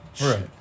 Right